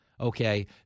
okay